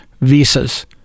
visas